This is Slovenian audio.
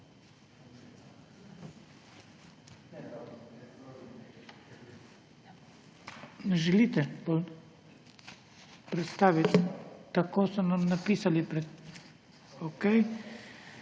Ne želite predstaviti? Tako so nam napisali. Okej.